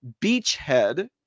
beachhead